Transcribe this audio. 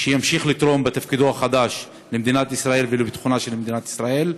שימשיך לתרום בתפקידו החדש למדינת ישראל ולביטחונה של מדינת ישראל.